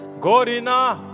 Gorina